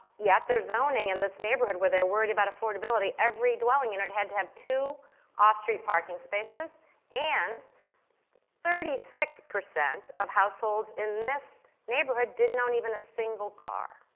yet they're zoning in this neighborhood where they're worried about affordability. every dwelling in it had to have two off street parking spaces and thirty six percent of households in this neighborhood didn't own even a single car.